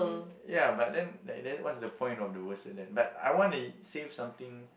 ya but then like what is the point of the birth cert then but I want to save something